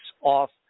off